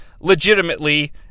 legitimately